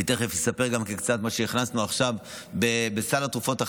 אני תכף אספר גם קצת על מה שהכנסנו עכשיו לסל התרופות החדש,